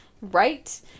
right